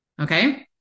Okay